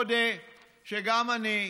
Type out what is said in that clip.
אודה שגם אני,